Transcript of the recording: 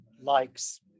likes